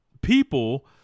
People